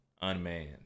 unmanned